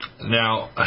Now